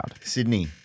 Sydney